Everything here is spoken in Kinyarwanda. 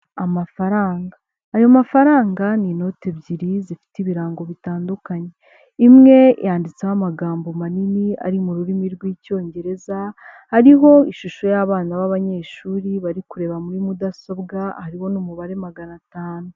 Amafaranga, ayo mafaranga ni inoti ebyiri zifite ibirango bitandukanye, imwe yanditseho amagambo manini ari mu rurimi rw'Icyongereza, ariho ishusho y'abana b'abanyeshuri bari kureba muri mudasobwa harimo n'umubare magana atanu.